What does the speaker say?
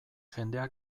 jendea